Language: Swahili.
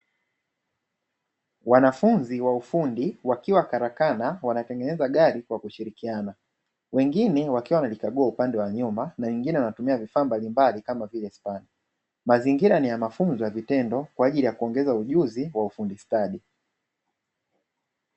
Wanafunzi wa ufundi wakiwa karakana wanatengeneza gari kwa kushirikiana, wengine wakiwa wanalikagua upande wa nyuma na wengine wanatumia vifaa mbalimbali kama vile spana. Mazingira ni ya mafunzo ya vitendo kwa ajili ya kuongeza ujuzi wa ufundi stadi.